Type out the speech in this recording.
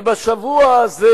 ובשבוע הזה,